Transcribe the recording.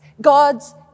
God's